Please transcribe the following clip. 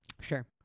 Sure